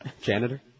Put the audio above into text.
Janitor